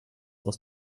aus